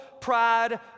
pride